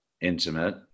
intimate